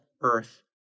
Earth